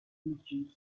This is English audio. due